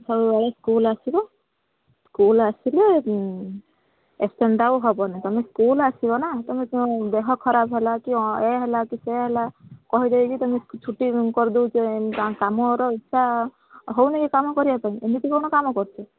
ସବୁବେଳେ ସ୍କୁଲ ଆସିବ ସ୍କୁଲ ଆସିଲେ ଆବସେଣ୍ଟଟା ଆଉ ହେବନି ତୁମେ ସ୍କୁଲ ଆସିବ ନା ତୁମ ଦେହ ଖରାପ ହେଲା କିଏ ହେଲା କି ସେ ହେଲା କହି ଦେଇକି ତୁମେ ଛୁଟି କରିଦେଉଛ ଏମିତି କାମର ଇଚ୍ଛା ହେଉନି କି କାମ କରିବା ପାଇଁ ଏମିତି କ'ଣ କାମ କରୁଛ